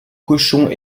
cochons